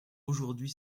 aujourd’hui